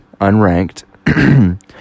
unranked